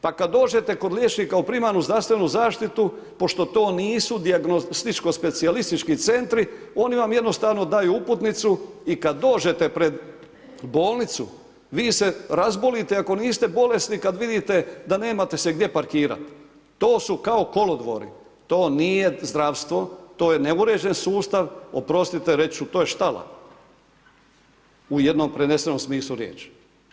Pa kad dođete kod liječnika u primarnu zdravstvenu zaštitu pošto to nisu dijagnostičko specijalistički centri, oni vam jednostavno daju uputnicu i kad dođete pred bolnicu vi se razbolite ako niste bolesni kad vidite da nemate se gdje parkirat, to su kao kolodvori, to nije zdravstvo, to je neuređen sustav, oprostite reći ću to je štala u jednom prenesenom smislu riječi.